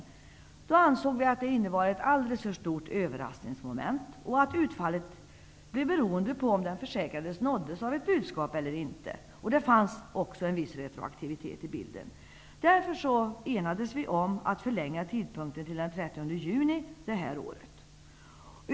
Vi ansåg att detta med dagen D innebar ett alltför stort överraskningsmoment och att utfallet blev beroende av om den försäkrade nåddes av ett budskap eller inte. Det fanns också en viss retroaktivitet i bilden. Vi enades därför om att förlänga tiden till den 30 juni detta år.